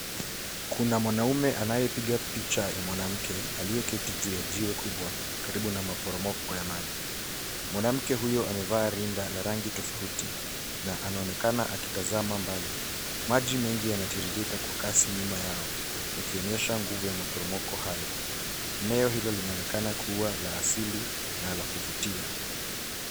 Kuna mwanaume anayepiga picha ya mwanamke, aliyeketi juu ya jiwe kubwa karibu na maporomoko ya maji. Mwanamke huyu amevaa rinda la rangi tofauti, na anaonekana akitazama mbali. Maji mengi yanatiririka kwa kazi nyuma yao, yakionyesha nguvu ya maporomoko hayo. Eneo hilo linaonekana kua la asili, na la kuvutia.